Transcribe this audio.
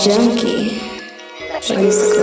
Junkie